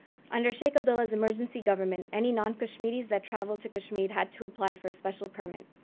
under sheikh abdullah's emergency government, any non-kashmiris that traveled to kashmir had to apply for a special permit.